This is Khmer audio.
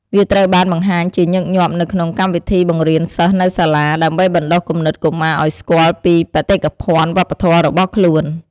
វាត្រូវបានបង្ហាញជាញឹកញាប់នៅក្នុង កម្មវិធីបង្រៀនសិស្សនៅសាលា ដើម្បីបណ្ដុះគំនិតកុមារឲ្យស្គាល់ពីបេតិកភណ្ឌវប្បធម៌របស់ខ្លួន។